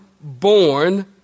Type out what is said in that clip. born